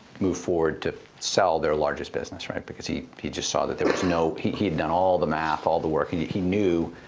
moved forward to sell their largest business because he he just saw that there was no he he had done all the math, all the work. and he knew,